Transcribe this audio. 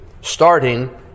starting